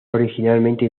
originalmente